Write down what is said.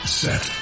set